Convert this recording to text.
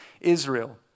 Israel